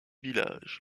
village